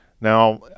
Now